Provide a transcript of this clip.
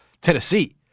Tennessee